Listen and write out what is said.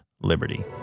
liberty